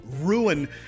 ruin